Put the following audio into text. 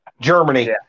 Germany